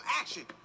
action